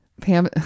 Pam